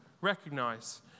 recognize